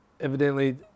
evidently